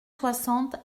soixante